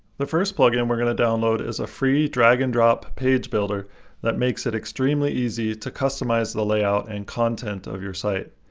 the first plugin and we're going to download is a free, drag-and-drop page builder that makes it extremely easy to customize the layout and content of your site.